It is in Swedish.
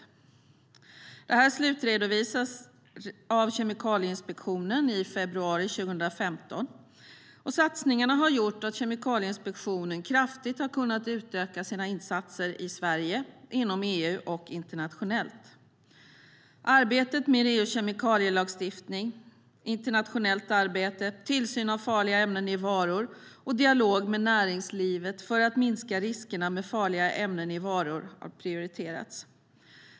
Arbetet slutredovisades av Kemikalieinspektionen i februari 2015. Satsningarna har gjort att Kemikalieinspektionen kraftigt har kunna utöka sina insatser i Sverige, inom EU och internationellt. Arbete med EU:s kemikalielagstiftning, internationellt arbete, tillsyn av farliga ämnen i varor och dialog med näringslivet för att minska riskerna med farliga ämnen i varor har prioriterats.